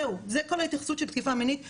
זהו, זה כל ההתייחסות לתקיפה מינית בנהלים.